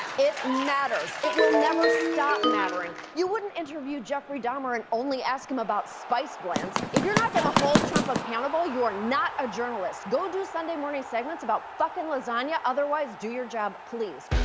it matters. it will never stop mattering. you wouldn't interview jeffrey dahmer and only ask him about spice blends. if you're not going to hold trump accountable, you're not a journalist. go do sunday morning segments about fucking lasagna. otherwise, do your job, please.